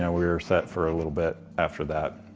yeah we were set for a little bit after that.